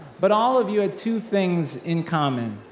but all of you had two things in common,